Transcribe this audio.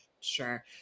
Sure